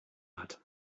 hat